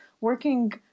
working